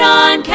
on